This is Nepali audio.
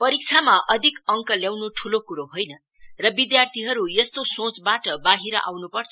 पीक्षामा अधिक अंक ल्याउनु ठूलो कुरो होइन र विधार्थीहरु यस्तो सोचबाट बाहिर आउनुपर्छ